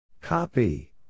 Copy